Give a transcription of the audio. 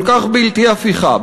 כל כך בלתי הפיכה,